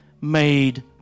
made